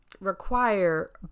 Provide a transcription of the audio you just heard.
require